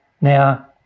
Now